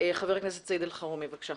חבר הכנסת סעיד אלחרומי, בבקשה.